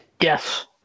Yes